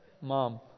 Mom